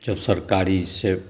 जब सरकारी से